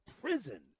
prison